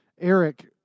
eric